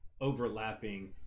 overlapping